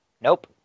Nope